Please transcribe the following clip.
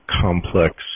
complex